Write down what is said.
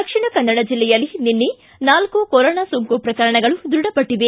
ದಕ್ಷಿಣ ಕನ್ನಡ ಜಿಲ್ಲೆಯಲ್ಲಿ ನಿನ್ನೆ ನಾಲ್ಕು ಕೊರೋನಾ ಸೋಂಕು ಪ್ರಕರಣಗಳು ದೃಢಪಟ್ಟವೆ